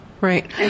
Right